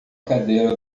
cadeira